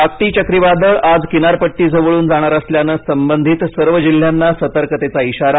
टाक्टी चक्रीवादळ आज किनारपट्टीजवळून जाणार असल्यानं संबंधित सर्व जिल्ह्यांना सतर्कतेचा इशारा